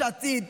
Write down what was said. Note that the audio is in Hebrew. יש עתיד,